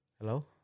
Hello